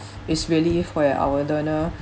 is really for your hour learner